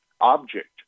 object